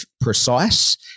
precise